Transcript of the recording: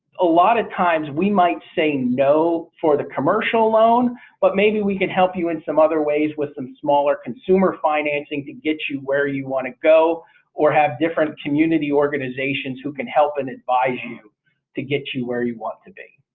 a lot of times we might say no for the commercial loan but maybe we can help you in some other ways with some smaller consumer financing to get you where you want to go or have different community organizations who can help and advise you to get you where you want to be.